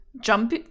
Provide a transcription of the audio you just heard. jump